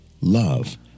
love